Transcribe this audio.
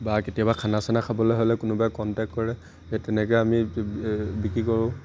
বা কেতিয়াবা খানা চানা খাবলৈ হ'লে কোনোবাই কণ্টেক্ট কৰে সেই তেনেকৈ আমি বিক্ৰী কৰোঁ